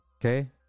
Okay